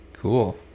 cool